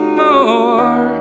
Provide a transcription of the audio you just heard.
more